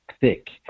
thick